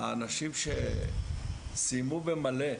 האנשים שסיימו במלא,